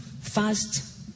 fast